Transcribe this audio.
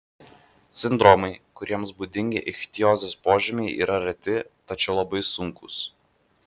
sindromai kuriems būdingi ichtiozės požymiai yra reti tačiau labai sunkūs